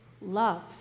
love